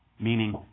Meaning